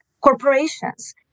corporations